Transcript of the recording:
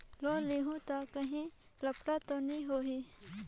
Loan लेहूं ता काहीं लफड़ा तो नी होहि?